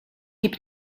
donc